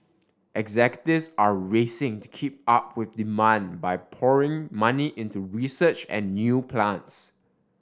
executives are racing to keep up with demand by pouring money into research and new plants